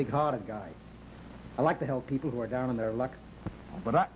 big hearted guy i like to help people who are down on their luck but